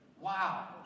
Wow